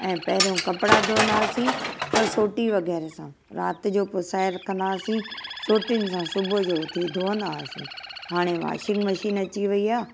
ऐं पहिरियों कपिड़ा धोईंदा हुआसीं त सोटी वगैरह सां राति जो पुसाए रखंदा हुआसीं सोटियुनि सां सुबुह जो उथी धोईंदा हुआसीं हाणे वाशिंग मशीन अची वई आहे